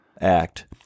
act